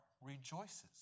rejoices